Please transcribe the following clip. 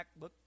MacBook